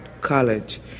college